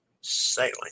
sailing